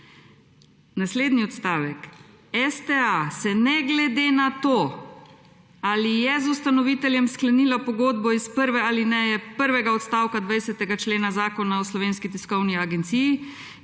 Naslednji odstavek: »STA se ne glede na to ali je z ustanoviteljem sklenila pogodbo iz prve alineje prvega odstavka 20. člena Zakona o Slovenski tiskovni agenciji